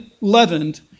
leavened